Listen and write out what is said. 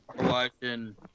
watching